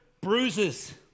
Bruises